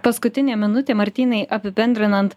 paskutinė minutė martynai apibendrinant